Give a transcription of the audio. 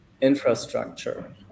infrastructure